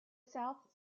south